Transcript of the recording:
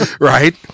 right